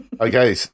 Okay